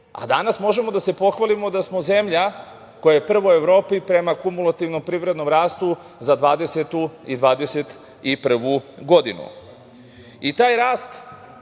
a danas možemo da se pohvalimo da smo zemlja koja je prva u Evropi prema kumulativnom privrednom rastu za 2020. i 2021. godinu